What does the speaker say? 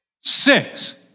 six